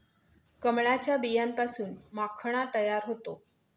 कमळाच्या बियांपासून माखणा तयार होतो